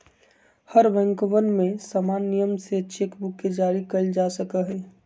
हर बैंकवन में समान नियम से चेक बुक के जारी कइल जा सका हई